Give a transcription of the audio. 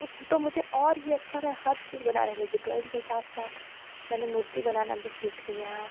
उस तो मुझे और ही अच्छा मैं हर चीज़ बनाने लगी ड्राॅइंग के साथ साथ मैंने मूर्ति बनाना भी सीख लिया